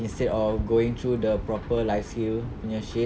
instead of going through the proper life skill punya shit